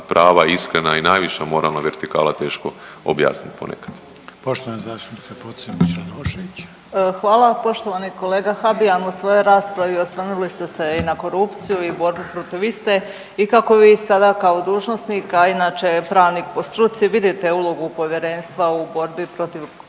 prava iskrena i najviša moralna vertikala teško objasniti ponekad. **Reiner, Željko (HDZ)** Poštovana zastupnica Pocrnić-Radošević. **Pocrnić-Radošević, Anita (HDZ)** Hvala. Poštovani kolega Habijan u svojoj raspravi osvrnuli ste se i na korupciju i borbu protiv iste i kako vi sada kao dužnosnik, a inače pravnik po struci vidite ulogu povjerenstva u borbi protiv korupcije